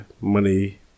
money